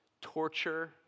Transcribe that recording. torture